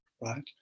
right